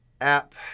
app